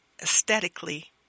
aesthetically